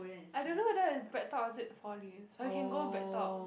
I don't know there is BreadTalk or is it Four Leaves or you can go BreadTalk